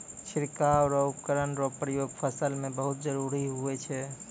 छिड़काव रो उपकरण रो प्रयोग फसल मे बहुत जरुरी हुवै छै